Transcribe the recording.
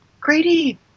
Grady